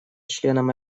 членом